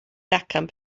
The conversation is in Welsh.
gacen